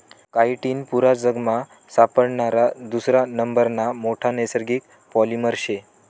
chitin पुरा जगमा सापडणारा दुसरा नंबरना मोठा नैसर्गिक पॉलिमर शे